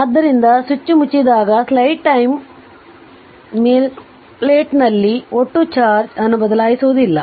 ಆದ್ದರಿಂದ ಸ್ವಿಚ್ ಮುಚ್ಚಿದಾಗ slide time ಮೇಲಿನ ಪ್ಲೇಟ್ಗಳಲ್ಲಿನ ಒಟ್ಟು ಚಾರ್ಜ್ ಅನ್ನು ಬದಲಾಯಿಸುವುದಿಲ್ಲ